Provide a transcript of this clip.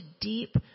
deep